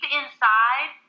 inside